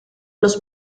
los